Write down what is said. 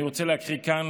אני רוצה להקריא כאן